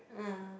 yeah